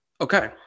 Okay